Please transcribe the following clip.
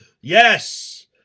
yes